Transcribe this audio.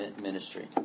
ministry